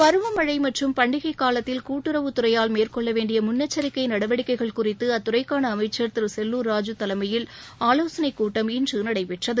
பருவமழை மற்றும் பண்டிகைக் காலத்தில் கூட்டுறவுத் துறையால் மேற்கொள்ள வேண்டிய முன்னெச்சரிக்கை நடவடிக்கைகள் குறித்து அத்துறைக்கான அமைச்சர் திரு செல்லூர் ராஜூ தலைமையில் ஆலோசனை கூட்டம் இன்று நடைபெற்றது